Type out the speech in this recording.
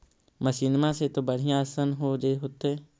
मसिनमा से तो बढ़िया आसन हो होतो?